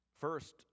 first